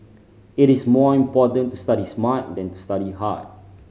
it is more important to study smart than to study hard